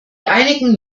einigen